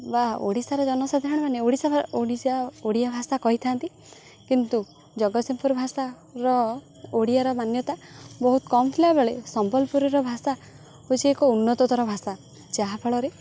ବା ଓଡ଼ିଶାର ଜନସାଧାରଣମାନେ ଓଡ଼ିଶା ଓଡ଼ିଶା ଓଡ଼ିଆ ଭାଷା କହିଥାନ୍ତି କିନ୍ତୁ ଜଗତସିଂହପୁର ଭାଷାର ଓଡ଼ିଆର ମାନ୍ୟତା ବହୁତ କମ୍ ଥିଲାବେଳେ ସମ୍ବଲପୁରର ଭାଷା ହେଉଛି ଏକ ଉନ୍ନତତର ଭାଷା ଯାହାଫଳରେ